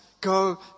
go